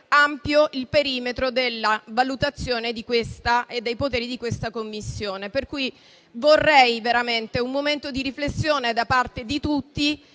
ampio il perimetro della valutazione e dei poteri di questa Commissione. Vorrei veramente un momento di riflessione da parte di tutti